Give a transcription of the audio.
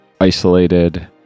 isolated